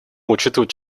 учитывать